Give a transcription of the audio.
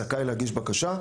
זכאי להגיש בקשה.